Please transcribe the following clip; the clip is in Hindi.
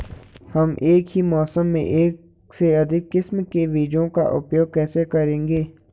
हम एक ही मौसम में एक से अधिक किस्म के बीजों का उपयोग कैसे करेंगे?